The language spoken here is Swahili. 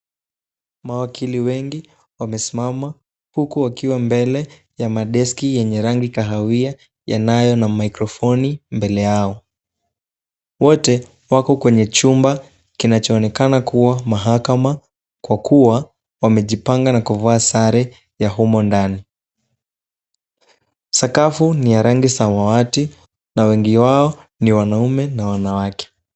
Mawakili wengi wamesimama huku wakiwa mbele ya madeski yenye rangi kahawia yanayo na mikrofoni mbele yao. Wote wako kwenye chumba kinachoonekana kuwa mahakama kwa kuwa wamejipanga na kuvaa sare ya humo ndani. Sakafu ni ya rangi samawati na wengi wao ni wanaume na wanawake.